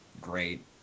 great